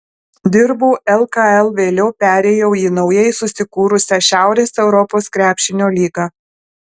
dirbau lkl vėliau perėjau į naujai susikūrusią šiaurės europos krepšinio lygą